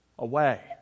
away